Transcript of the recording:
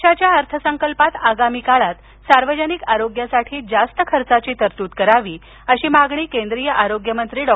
देशाच्या अर्थसंकल्पात आगामी काळात सार्वजनिक आरोग्यासाठी जास्त खर्चाची तरतूद करावी अशी मागणी केंद्रीय आरोग्य मंत्री डॉ